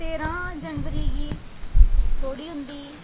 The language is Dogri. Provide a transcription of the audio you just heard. तेरहां जनवरी गी लोड़ी होंदी